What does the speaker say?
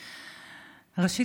ראשית,